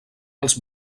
els